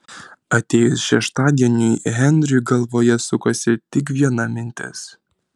atėjus šeštadieniui henriui galvoje sukosi tik viena mintis